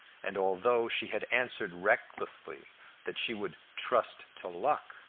and although she had answered recklessly that she would trust to luck,